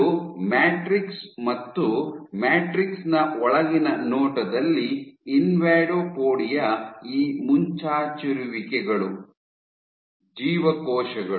ಇದು ಮ್ಯಾಟ್ರಿಕ್ಸ್ ಮತ್ತು ಮ್ಯಾಟ್ರಿಕ್ಸ್ ನ ಒಳಗಿನ ನೋಟದಲ್ಲಿ ಇನ್ವಾಡೋಪೊಡಿಯಾ ಈ ಮುಂಚಾಚಿರುವಿಕೆಗಳು ಜೀವಕೋಶಗಳು